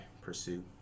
pursue